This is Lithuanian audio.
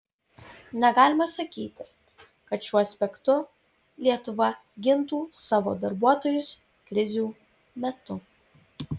negalima sakyti kad šiuo aspektu lietuva gintų savo darbuotojus krizių metu